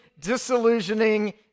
disillusioning